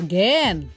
Again